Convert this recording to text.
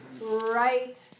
right